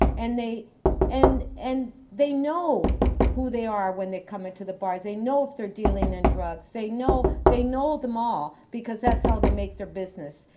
and they and and they know who they are when they come into the bars. they know if they're dealing in and drugs. they know they know them all because that's how they make their business.